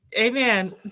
Amen